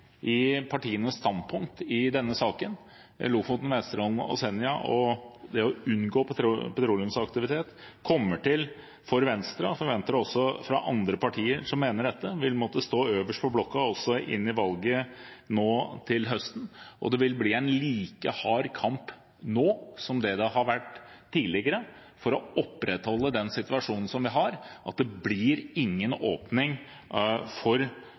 i partienes standpunkt i denne saken. Det å unngå petroleumsaktivitet utenfor Lofoten, Vesterålen og Senja vil for Venstre – og jeg forventer det også av andre partier som mener dette – måtte stå øverst på blokken også inn i valget til høsten. Det vil bli en like hard kamp nå som det det har vært tidligere, for å opprettholde den situasjonen som vi har – at det ikke blir noen åpning for